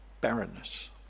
barrenness